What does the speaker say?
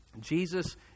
Jesus